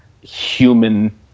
human